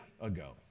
ago